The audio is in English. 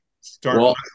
start